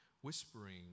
whispering